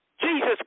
Jesus